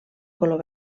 color